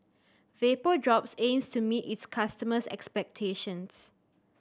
Vapodrops aims to meet its customers' expectations